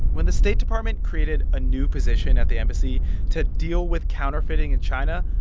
when the state department created a new position at the embassy to deal with counterfeiting in china,